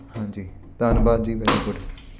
ਹਾਂਜੀ ਧੰਨਵਾਦ ਜੀ ਵੈਰੀ ਗੁੱਡ